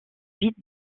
vite